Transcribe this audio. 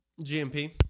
GMP